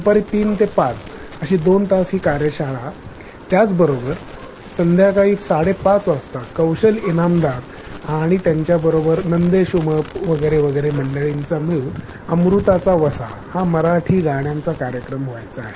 दुपारी तीन ते पाच अशी दोन तास ही कार्यशाळा त्याचबरोबर संध्याकाळी साडेपाच वाजता कौशल जिमदार आणी त्यांच्याबरोबर नदेश उमप वैगरे वैगरे मंडळींचा मी अमृताचा वसा हा मराठी गाण्यांचा कार्यक्रम व्हायचा आहे